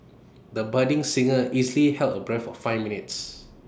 the budding singer easily held her breath for five minutes